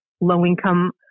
low-income